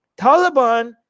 Taliban